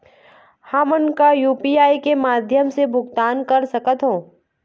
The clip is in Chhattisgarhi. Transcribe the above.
हमन का यू.पी.आई के माध्यम भुगतान कर सकथों?